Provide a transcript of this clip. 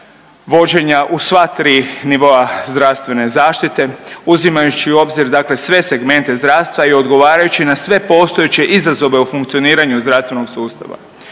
vođenja u sva tri nivoa zdravstvene zaštite uzimajući u obzir dakle sve segmente zdravstva i odgovarajući na sve postojeće izazove u funkcioniranju zdravstvenog sustava.